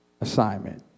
assignment